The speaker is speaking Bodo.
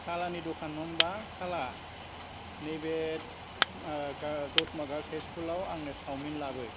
खालानि दखान नङा होम्बा खाला नैबे ओ दथमा गार्लस हाइस्कुलाव आंनो सावमिन लाबो